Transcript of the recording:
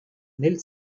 nel